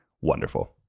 wonderful